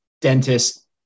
dentist